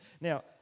Now